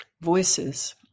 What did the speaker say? voices